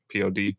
pod